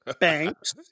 Banks